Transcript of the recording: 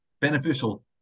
beneficial